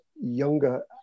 younger